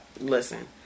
listen